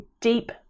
deep